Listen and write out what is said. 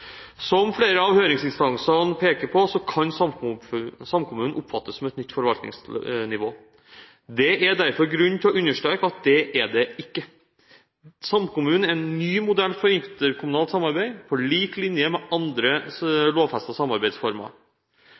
Som flere av høringsinstansene peker på, kan samkommunen oppfattes som et nytt forvaltningsnivå. Det er derfor grunn til å understreke at det er det ikke. Samkommunen er en ny modell for interkommunalt samarbeid, på lik linje med andre, lovfestede samarbeidsformer.